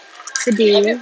sedih